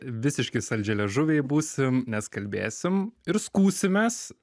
visiškai saldžialiežuviai būsim nes kalbėsim ir skųsimės